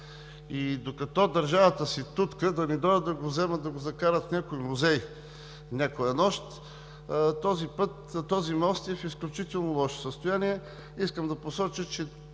и докато държавата се тутка, да не дойдат да го вземат и да го закарат в някой музей някоя нощ. Този мост е в изключително лошо състояние. Искам да посоча за